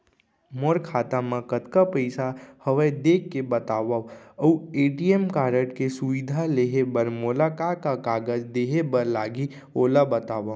मोर खाता मा कतका पइसा हवये देख के बतावव अऊ ए.टी.एम कारड के सुविधा लेहे बर मोला का का कागज देहे बर लागही ओला बतावव?